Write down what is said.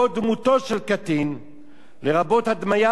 לרבות הדמיית קטין או ציור של קטין,